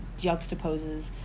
juxtaposes